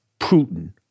Putin